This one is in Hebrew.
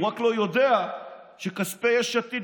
הוא רק לא יודע שכספי יש עתיד,